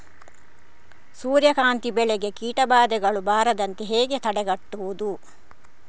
ಸೂರ್ಯಕಾಂತಿ ಬೆಳೆಗೆ ಕೀಟಬಾಧೆಗಳು ಬಾರದಂತೆ ಹೇಗೆ ತಡೆಗಟ್ಟುವುದು?